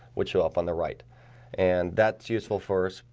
which show up on the right and that's useful for?